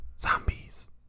zombies